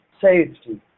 safety